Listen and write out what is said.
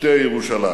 שתי ירושלים".